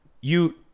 you-